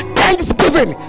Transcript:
thanksgiving